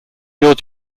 you’re